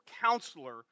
counselor